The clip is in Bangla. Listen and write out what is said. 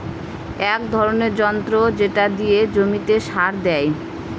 এক ধরনের যন্ত্র যেটা দিয়ে জমিতে সার দেয়